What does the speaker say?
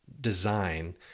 design